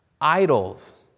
idols